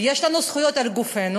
ויש לנו זכויות על גופנו,